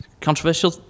controversial